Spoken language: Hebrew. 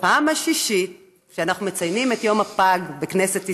בפעם השישית שאנחנו מציינים את יום הפג בכנסת ישראל,